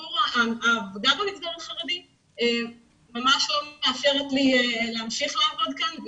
העבודה במסגרת חרדית ממש לא מאפשרת לי להמשיך לעבוד כאן,